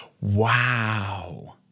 wow